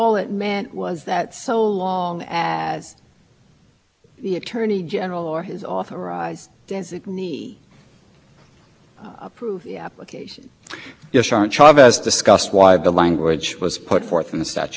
what purpose it appears that is in the wake of watergate and other issues that they wanted to make sure you could identify the parties responsible for authorizing a particular wiretap application there's no